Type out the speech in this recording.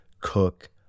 cook